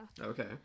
Okay